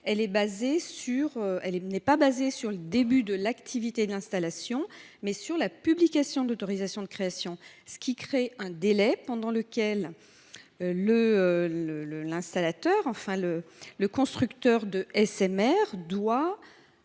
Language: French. ci n’est pas basée sur le début de l’activité de l’installation, mais sur la publication d’autorisation de sa création, ce qui laisse un délai pendant lequel le constructeur de SMR doit